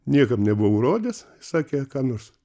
niekam nebuvau rodęs sakė ką nors